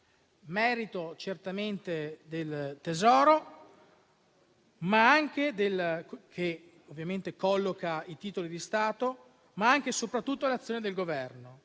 merito certamente del Tesoro, che colloca i titoli di Stato, ma anche e soprattutto dell'azione del Governo,